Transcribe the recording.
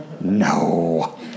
No